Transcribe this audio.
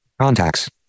Contacts